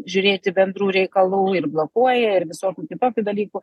žiūrėti bendrų reikalų ir blokuoja ir visokių kitokių dalykų